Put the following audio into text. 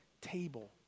table